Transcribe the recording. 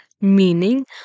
meaning